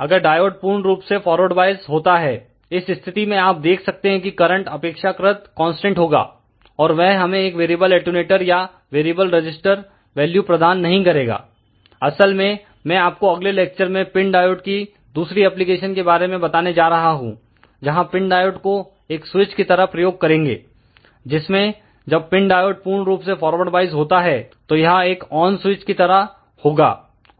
अगर डायोड पूर्ण रूप से फॉरवर्ड वॉइस होता है इस स्थिति में आप देख सकते हैं कि करंट अपेक्षाकृत कांस्टेंट होगा और वह हमें एक वेरिएबल अटैंयूटर या वेरिएबल रजिस्टर वैल्यू प्रदान नहीं करेगा असल में मैं आपको अगले लेक्चर में पिन डायोड की दूसरे एप्लीकेशन के बारे में बताने जा रहा हूं जहां पिन डायोड को एक स्विच की तरह प्रयोग करेंगे जिसमें जब पिन डायोड पूर्ण रूप से फॉरवर्ड वाइस होता है तो यह एक ऑन स्विच की तरह होगा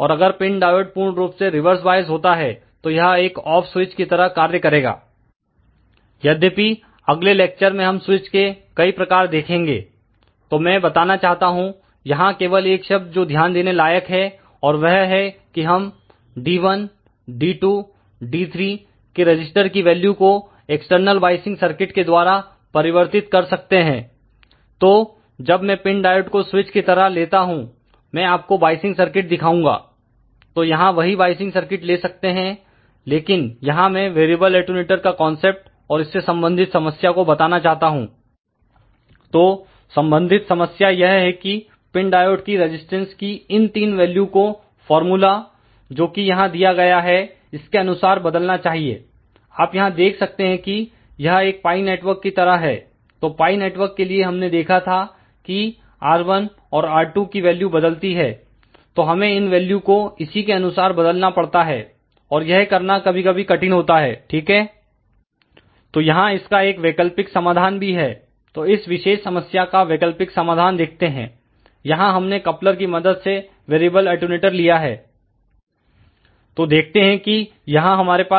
और अगर पिन डायोड पूर्ण रूप से रिवर्स वॉइस होता है तो यह एक ऑफ स्विच की तरह कार्य करेगा यद्यपि अगले लेक्चर में हम स्विच के कई प्रकार देखेंगे तो मैं बताना चाहता हूं यहां केवल एक शब्द जो ध्यान देने लायक है और वह है की हम D1 D2 D3 के रजिस्टर की वैल्यू को एक्सटर्नल वॉइशिंग सर्किट के द्वारा परिवर्तित कर सकते हैं तो जब मैं पिन डायोड को स्विच की तरह लेता हूं मैं आपको वॉइसिंग सर्किट दिखाऊंगा तो यहां वही वॉइसिंग सर्किट ले सकते हैं लेकिन यहां मैं वेरिएबल अटैंयूटर का कांसेप्ट और इससे संबंधित समस्या को बताना चाहता हूं तो संबंधित समस्या यह है कि पिन डायोड की रजिस्टेंस की इन 3 वैल्यू को फार्मूला जो कि यहां दिया गया है इसके अनुसार बदलना चाहिए आप यहां देख सकते हैं कि यह एक पाई नेटवर्क की तरह है तो पाई नेटवर्क के लिए हमने देखा था कि R1 और R2 की वैल्यू बदलती है तो हमें इन वैल्यू को इसी के अनुसार बदलना पड़ता है और यह करना कभी कभी कठिन होता है ठीक है तो यहां इसका एक वैकल्पिक समाधान भी है तो इस विशेष समस्या का वैकल्पिक समाधान देखते हैं यहां हमने कपलर की मदद से वेरिएबल अटैंयूटर लिया है तो देखते हैं कि यहां हमारे पास क्या है